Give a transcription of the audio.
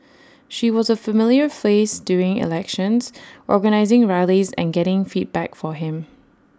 she was A familiar face during elections organising rallies and getting feedback for him